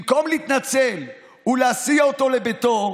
במקום להתנצל ולהסיע אותו לביתו,